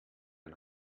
ein